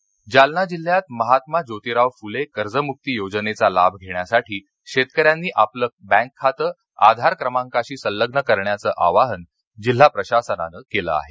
कर्जमक्ती जालना जालना जिल्ह्यात महात्मा ज्योतिराव फुले कर्जमुक्ती योजनेचा लाभ घेण्यासाठी शेतकऱ्यांनी आपलं बँक खाते आधार क्रमांकाशी संलग्न करण्याचं आवाहन जिल्हा प्रशासनानं केलं आहे